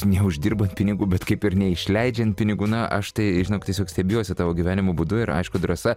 neuždirbant pinigų bet kaip ir neišleidžiant pinigų na aš tai žinok tiesiog stebiuosi tavo gyvenimo būdu ir aišku drąsa